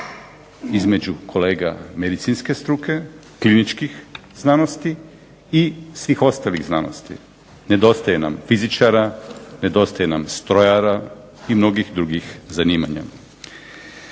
između kolega medicinske struke kliničkih znanosti i svih ostalih znanosti. Nedostaje nam fizičara, nedostaje nam strojara i mnogih drugih zanimanja.